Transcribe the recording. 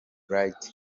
bright